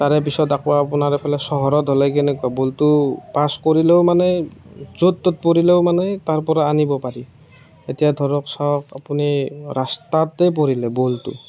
তাৰে পিছত আকৌ আপোনাৰ এইফালে চহৰত হ'লে কেনেকুৱা বলটো পাছ কৰিলেও মানে য'ত ত'ত পৰিলেও মানে তাৰপৰা আনিব পাৰি এতিয়া ধৰক চাওক আপুনি ৰাস্তাতে পৰিলে বলটো